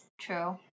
True